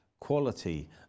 quality